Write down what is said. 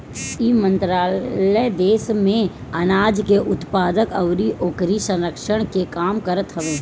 इ मंत्रालय देस में आनाज के उत्पादन अउरी ओकरी संरक्षण के काम करत हवे